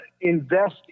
invest